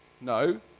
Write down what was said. No